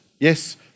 Yes